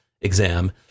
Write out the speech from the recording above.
exam